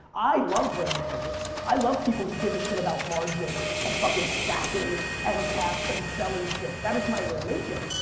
i love brand managers i love people who give a shit about margin and fucking stacking end caps and selling shit. that is my religion.